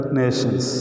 nations